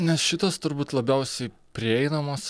nes šitos turbūt labiausiai prieinamos